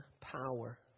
power